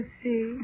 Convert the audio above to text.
see